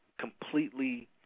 completely